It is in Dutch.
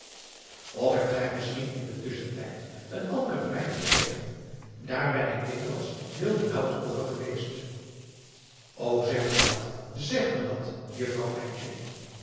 of hebt gij misschien in dien tusschentijd een anderen vrijer gekregen daar ben ik dikwijls heel benaauwd over geweest o zeg me dat zeg me dat juffrouw